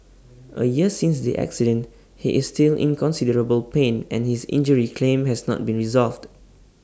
A year since the accident he is still in considerable pain and his injury claim has not been resolved